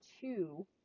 two